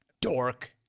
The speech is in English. Dork